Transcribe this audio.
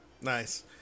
nice